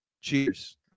cheers